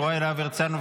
יוראי להב הרצנו,